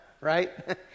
Right